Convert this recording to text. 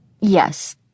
Yes